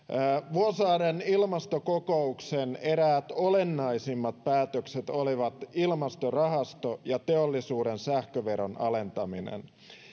vuosaaren ilmastokokouksen eräät olennaisimmat päätökset olivat ilmastorahasto ja teollisuuden sähköveron alentaminen